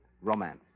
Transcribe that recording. romance